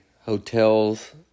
hotels